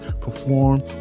perform